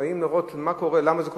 ובאים לראות למה זה קורה.